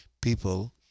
people